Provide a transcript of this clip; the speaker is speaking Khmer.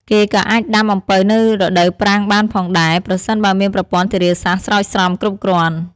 គេក៏អាចដាំអំពៅនៅដូវប្រាំងបានផងដែរ ប្រសិនបើមានប្រព័ន្ធធារាសាស្ត្រស្រោចស្រពគ្រប់គ្រាន់។